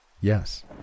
Yes